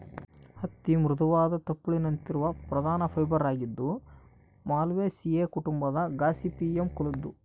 ಹತ್ತಿ ಮೃದುವಾದ ತುಪ್ಪುಳಿನಂತಿರುವ ಪ್ರಧಾನ ಫೈಬರ್ ಆಗಿದ್ದು ಮಾಲ್ವೇಸಿಯೇ ಕುಟುಂಬದ ಗಾಸಿಪಿಯಮ್ ಕುಲದ್ದು